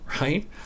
right